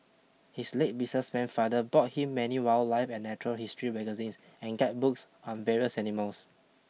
his late businessman father bought him many wildlife and natural history magazines and guidebooks on various animals